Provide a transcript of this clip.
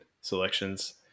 selections